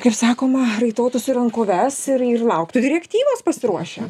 kaip sakoma raitotųsi rankoves ir ir lauktų direktyvos pasiruošę